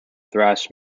thrash